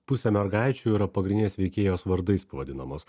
pusė mergaičių yra pagrindinės veikėjos vardais pavadinamos